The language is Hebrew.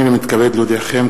הנני מתכבד להודיעכם,